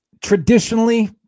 Traditionally